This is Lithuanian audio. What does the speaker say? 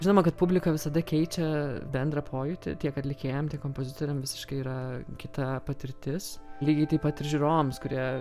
žinoma kad publika visada keičia bendrą pojūtį tiek atlikėjam tiek kompozitoriam visiškai yra kita patirtis lygiai taip pat ir žiūrovams kurie